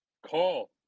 Call